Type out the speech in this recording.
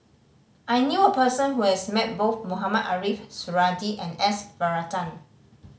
I knew a person who has met both Mohamed Ariff Suradi and S Varathan